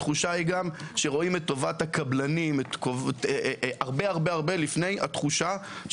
התחושה היא גם שרואים את טובת הקבלנים הרבה-הרבה לפני מה שאנחנו,